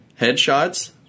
Headshots